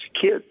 kids